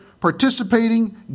participating